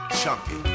chunky